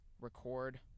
record